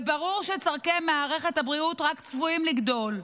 וברור שצורכי מערכת הבריאות רק צפויים לגדול.